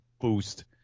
boost